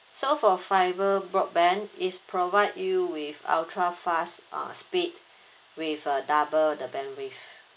so for fibre broadband is provide you with ultra fast uh speed with uh double the band wave